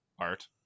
art